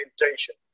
implementation